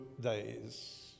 days